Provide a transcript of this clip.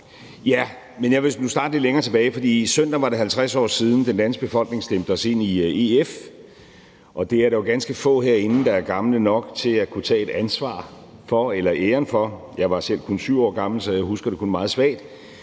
Men jeg vil nu starte lidt længere tilbage, for i søndags var det 50 år siden, at den danske befolkning stemte os ind i EF, og det er der jo ganske få herinde, der er gamle nok til at kunne tage et ansvar for eller æren for. Jeg var selv kun 7 år gammel, så jeg husker det kun meget svagt.